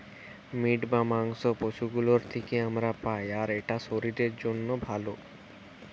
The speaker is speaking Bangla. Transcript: মিট বা মাংস পশু গুলোর থিকে আমরা পাই আর এটা শরীরের জন্যে ভালো